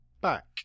back